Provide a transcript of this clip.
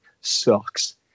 sucks